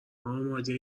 آماده